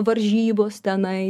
varžybos tenai